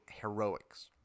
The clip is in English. heroics